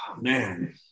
man